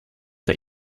der